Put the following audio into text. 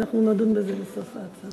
אנחנו נדון בזה בסוף ההצבעה.